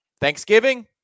Thanksgiving